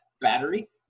Battery